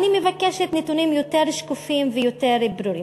אני מבקשת נתונים יותר שקופים ויותר ברורים.